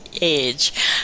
age